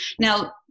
Now